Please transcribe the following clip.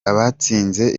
abatsinze